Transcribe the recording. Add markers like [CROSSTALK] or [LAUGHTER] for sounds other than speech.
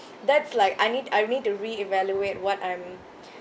that's like I need I need to reevaluate what I'm [BREATH]